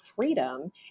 freedom